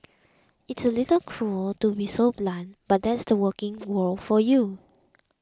it's a little cruel to be so blunt but that's the working world for you